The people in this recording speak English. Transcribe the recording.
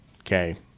Okay